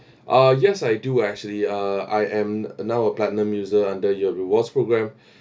ah yes I do actually uh I am now a platinum user under your rewards program